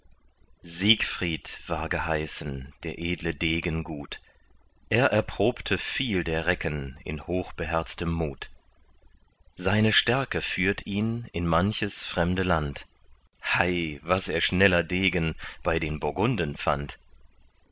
siegfried war geheißen der edle degen gut er erprobte viel der recken in hochbeherztem mut seine stärke führt ihn in manches fremde land hei was er schneller degen bei den burgunden fand